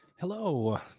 Hello